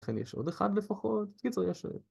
לכן יש עוד אחד לפחות, בקיצור יש...